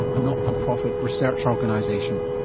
a not-for-profit research organisation.